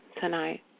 tonight